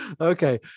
Okay